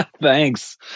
Thanks